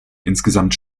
insgesamt